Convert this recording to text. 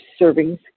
servings